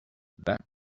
that